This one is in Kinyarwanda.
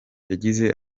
yagize